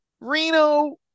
Reno